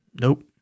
Nope